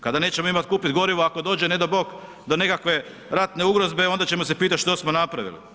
Kada nećemo imati kupit gorivo, ako dođe nedo bog do nekakve ratne ugroze onda ćemo se pitati što smo napravili.